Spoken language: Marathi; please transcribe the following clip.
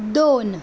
दोन